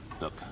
Look